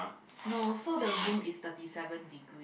no so the room is thirty seven degree